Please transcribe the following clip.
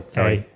Sorry